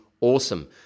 awesome